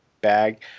bag